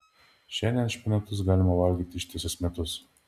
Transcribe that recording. šiandien špinatus galima valgyti ištisus metus